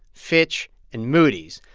fitch and moody's.